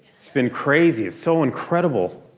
it's been crazy. it's so incredible.